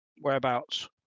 whereabouts